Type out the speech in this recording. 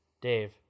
Dave